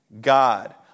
God